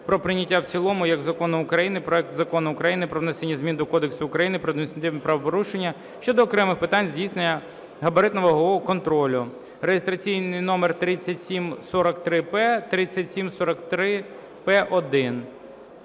про прийняття в цілому як закону проекту "Про внесення змін до Кодексу України про адміністративні правопорушення" щодо окремих питань здійснення габаритно-вагового контролю (реєстраційний номер 3743).